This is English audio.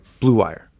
BLUEWIRE